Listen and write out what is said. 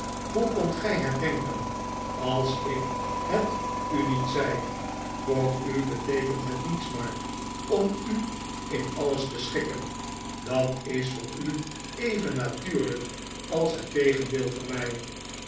hoe kondt gij het denken als ik het u niet zei voor u beteekent het niets mark om u in alles te schikken dat is voor u even natuurlijk als het tegendeel voor mij